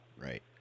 Right